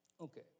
Okay